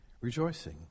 rejoicing